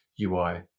UI